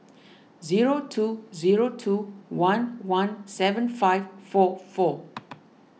zero two zero two one one seven five four four